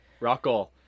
Rockall